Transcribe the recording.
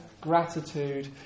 gratitude